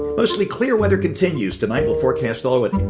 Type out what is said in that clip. mostly clear weather continues tonight, we'll forecast all of it